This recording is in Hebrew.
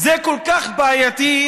הבאת את התמונה של תמימי היום?